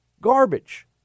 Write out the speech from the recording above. garbage